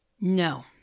No